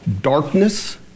darkness